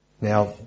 Now